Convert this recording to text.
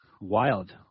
wild